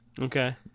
Okay